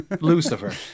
Lucifer